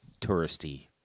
touristy